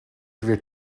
weer